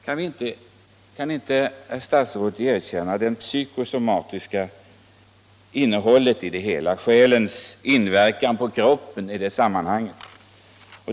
Kan inte herr statsrådet erkänna det psykosomatiska innehållet i det hela, själens inverkan på kroppen i detta sammanhang?